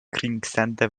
kriegsende